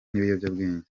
n’ibiyobyabwenge